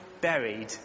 buried